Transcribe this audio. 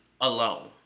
alone